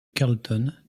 carleton